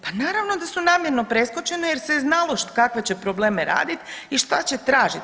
Pa naravno da su namjerno preskočene jer se je znalo kakve će probleme radit i šta će tražit.